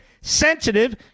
sensitive